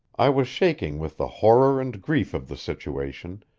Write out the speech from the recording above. i was shaking with the horror and grief of the situation,